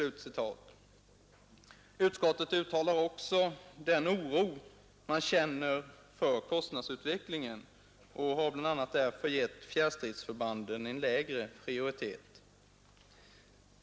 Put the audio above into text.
Utskottet uttalar också den oro man känner för kostnadsutvecklingen och har bl.a. därför gett fjärrstridsförbanden en lägre prioritet.